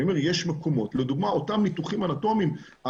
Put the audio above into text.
לדוגמה אותם ניתוחים אנטומיים,